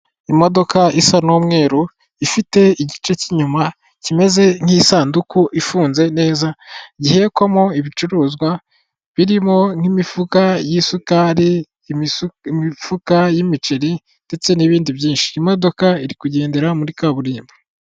Imodoka isa n'umweru ifite igice cy'inyuma kimeze nk'isanduku ifunze neza, gihekwamo ibicuruzwa birimo nk'imifuka y'isukari, imifuka y'imiceri ndetse n'ibindi byinshi imodoka iri kugendera muri kaburimbo.